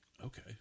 Okay